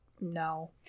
no